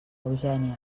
eugènia